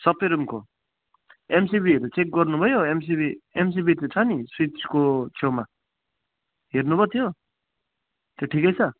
सबै रुमको एमसिबीहरू चेक गर्नुभयो एमसिबी एमसिबी त्यो छ नि स्विचको छेउमा हेर्नुभयो त्यो त्यो ठिकै छ